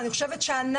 לדעתי,